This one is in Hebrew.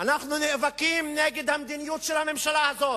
אנחנו נאבקים נגד המדיניות של הממשלה הזאת,